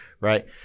right